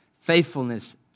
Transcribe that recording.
faithfulness